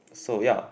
so ya